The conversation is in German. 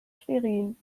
schwerin